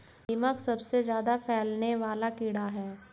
दीमक सबसे ज्यादा फैलने वाला कीड़ा है